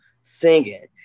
singing